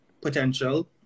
potential